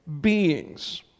beings